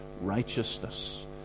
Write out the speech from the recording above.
righteousness